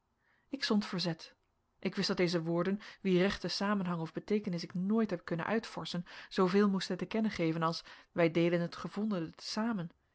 ik stond verzet ik wist dat deze woorden wier rechte samenhang of beteekenis ik nooit heb kunnen uitvorschen zooveel moesten te kennen geven als wij deelen het gevondene te zamen